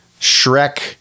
Shrek